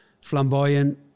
flamboyant